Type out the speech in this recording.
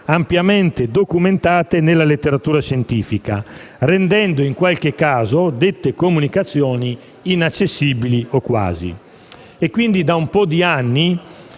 ampiamente documentate nella letteratura scientifica, rendendo in qualche caso dette comunicazioni inaccessibili o quasi. Pertanto, da alcuni anni